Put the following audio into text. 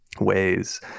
Ways